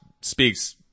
speaks